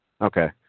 Okay